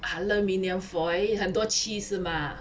aluminium foil 很多 cheese 是 mah